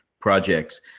projects